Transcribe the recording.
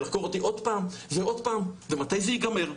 ולחקור אותי עוד פעם ועוד פעם ומתי זה ייגמר?